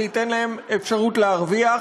זה ייתן להם אפשרות להרוויח.